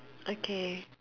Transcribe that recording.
okay